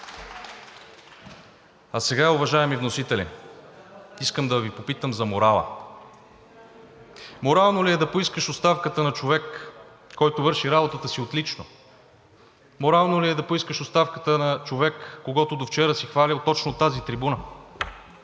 А сега, уважаеми вносители, искам да Ви попитам за морала. Морално ли е да поискаш оставката на човек, който върши работата си отлично?! Морално ли е да поискаш оставката на човек, когото довчера си хвалил точно от тази трибуна?!